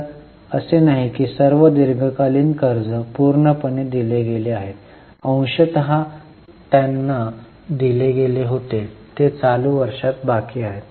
तर असे नाही की सर्व दीर्घकालीन कर्ज पूर्णपणे दिले गेले होते अंशतः त्यांना दिले गेले होते ते चालू वर्षात बाकी आहेत